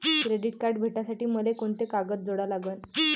Credit card भेटासाठी मले कोंते कागद जोडा लागन?